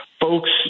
folks